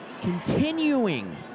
Continuing